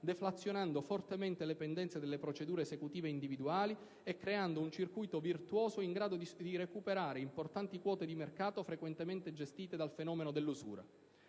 deflazionando fortemente le pendenze delle procedure esecutive individuali e creando un circuito virtuoso in grado di recuperare importanti quote di mercato frequentemente gestite dal fenomeno dell'usura.